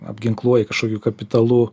apginkluoji kažkokiu kapitalu